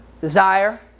desire